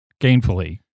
gainfully